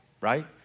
right